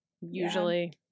usually